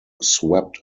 swept